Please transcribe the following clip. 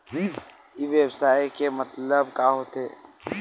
ई व्यवसाय के मतलब का होथे?